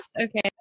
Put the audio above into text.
Okay